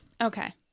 okay